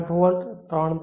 8 volt 3